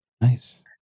Nice